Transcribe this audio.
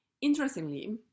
Interestingly